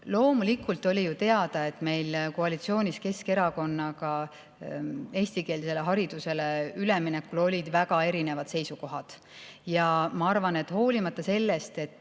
loomulikult oli teada, et meil koalitsioonis Keskerakonnaga olid eestikeelsele haridusele ülemineku osas väga erinevad seisukohad. Ent ma arvan, et hoolimata sellest, et